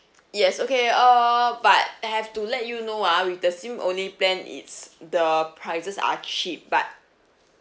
yes okay err but I have to let you know ah with the SIM only plan it's the prices are cheap but